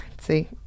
see